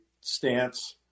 stance